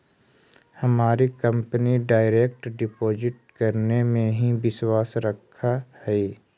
हमारी company direct deposit करने में ही विश्वास रखअ हई